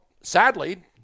sadly